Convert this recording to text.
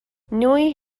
نوعی